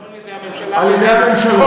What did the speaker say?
לא על-ידי הממשלה, כל הממשלות.